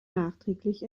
nachträglich